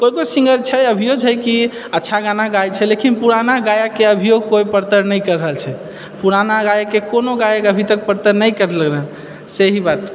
केओ केओ सिङ्गर छै अभियो छै कि अच्छा गाना गाए छै लेकिन पुराना गायकके अभियो परतर नहि कए रहल छै पुराना गायकके कोनो गायकके अभितक कोइ परतर नहि करलकेै से ही बात है